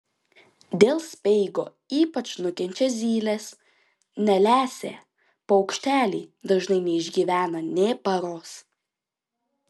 dėl speigo ypač nukenčia zylės nelesę paukšteliai dažnai neišgyvena nė paros